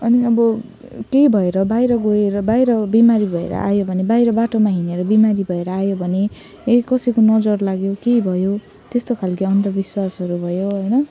अनि अब केही भएर बाहिर गएर बाहिर बिमारी भएर आयो भने बाटोमा हिँडेर बिमारी भएर आयो भने ए कसैको नजर लाग्यो के भयो त्यस्तो खालके अन्धविश्वासहरू भयो होइन